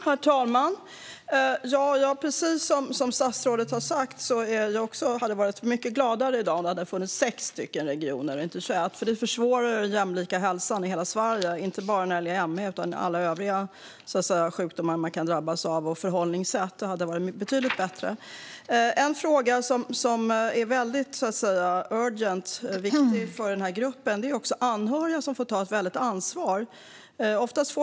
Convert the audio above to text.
Herr talman! Precis som statsrådet sa hade jag varit mycket gladare i dag om det hade funnits 6 regioner och inte 21. Det försvårar den jämlika hälsan i hela Sverige när det gäller inte bara ME utan även alla övriga sjukdomar man kan drabbas av. Det hade varit betydligt bättre med 6. En fråga som är väldigt urgent, viktig, för den här gruppen är att de anhöriga oftast får ta ett väldigt ansvar.